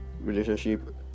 relationship